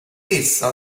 essa